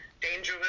dangerous